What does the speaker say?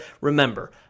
Remember